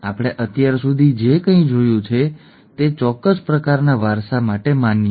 આપણે અત્યાર સુધી જે કંઈ જોયું છે તે ચોક્કસ પ્રકારના વારસા માટે માન્ય છે